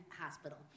hospital